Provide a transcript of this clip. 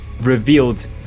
revealed